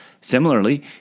Similarly